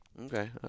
Okay